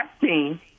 team